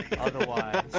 Otherwise